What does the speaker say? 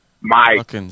Mike